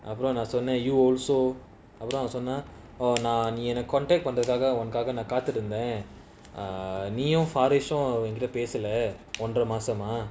அப்போநான்சொன்னேன்:apo nan sonnen you also அப்புறம்நான்சொன்னேன்பண்றதுக்காகஉனக்காகநான்காத்துகிட்டுஇருந்தேன்நீயும்பரிசும்என்கிட்டபேசலஒன்றரைமாசமா:apuram nan sonnen pabrathukaga unakaga nan kathukitu irunthen neeyum parisum enkita pesala onra masama